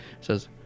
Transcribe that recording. says